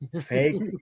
Fake